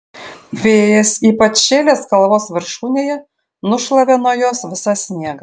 vėjas ypač šėlęs kalvos viršūnėje nušlavė nuo jos visą sniegą